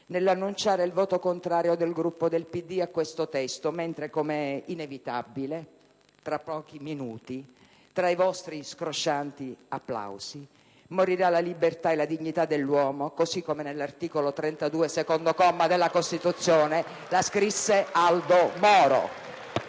nell'annunciare il voto contrario del Gruppo del Partito Democratico a questo testo mentre, come è inevitabile, tra pochi minuti, tra i vostri scroscianti applausi, morirà la libertà e la dignità dell'uomo, così come nell'articolo 32, secondo comma, della Costituzione la scrisse Aldo Moro.